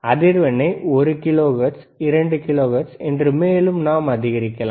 அதிர்வெண்ணை ஒரு kilohertz 2 kilohertz என்று மேலும் நாம் அதிகரிக்கலாம்